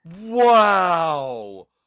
wow